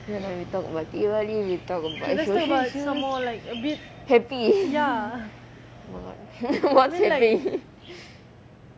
feel like we talk about diwali we talk about happy oh my god what's happy